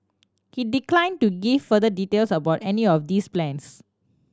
he declined to give further details about any of these plans